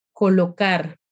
Colocar